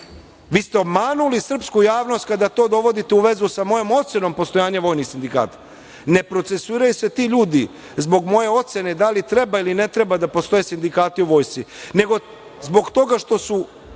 Vi ste obmanuli srpsku javnost kada to dovodite u vezu sa mojom ocenom postojanja vojnih sindikata. Ne procesuiraju se ti ljudi zbog moje ocene da li treba ili ne treba da postoje sindikati u vojsci, nego zbog toga što su